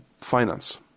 Finance